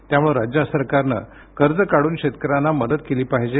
त्यामुळे राज्य सरकारने कर्ज काढून शेतकऱ्यांना मदत केली पाहिजे